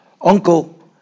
uncle